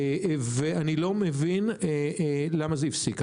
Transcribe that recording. לא מבין למה זה הפסיק.